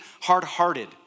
hard-hearted